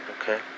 okay